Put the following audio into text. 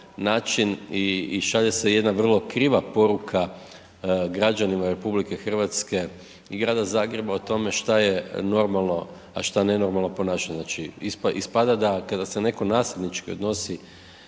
način i šalje se jedna vrlo kriva poruka građanima RH i grada Zagreba o tome šta je normalno a šta nenormalno ponašanje. Znači ispada da kada se netko nasilnički odnosi